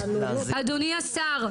אדוני השר,